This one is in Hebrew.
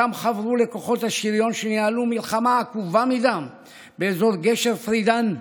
שם חברו לכוחות השריון שניהלו מלחמה עקובה מדם באזור גשר פירדאן,